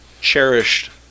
cherished